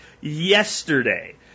yesterday